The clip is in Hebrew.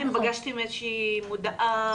האם פגשתם איזו שהיא מודעה,